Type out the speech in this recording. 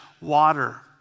water